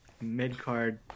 mid-card